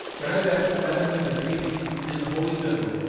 when i left madam mina sleeping within the holy circle,